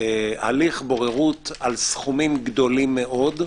הליך בוררות על סכומים גדולים מאוד,